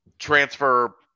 Transfer